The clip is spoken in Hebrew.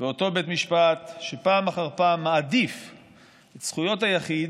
ואותו בית משפט שפעם אחר פעם מעדיף את זכויות היחיד,